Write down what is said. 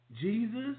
Jesus